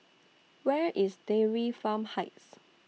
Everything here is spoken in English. Where IS Dairy Farm Heights